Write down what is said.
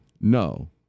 no